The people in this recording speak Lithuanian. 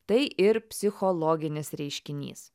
tai ir psichologinis reiškinys